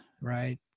right